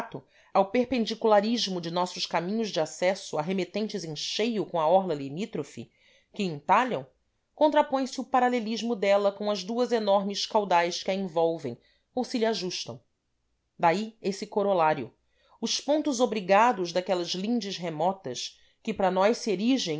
fato ao perpendicularismo de nossos caminhos de acesso arremetentes em cheio com a orla limítrofe que entalham contrapõe se o paralelismo dela com as duas enormes caudais que a envolvem ou se lhe ajustam daí esse corolário os pontos obrigados daquelas lindes remotas que para nós se